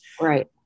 Right